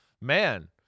man